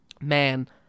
man